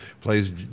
plays